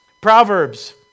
Proverbs